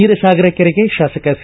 ನೀರಸಾಗರ ಕೆರೆಗೆ ಶಾಸಕ ಸಿ